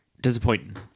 disappointing